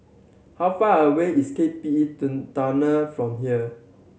how far away is K P E Tunnel from here